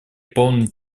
полный